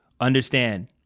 Understand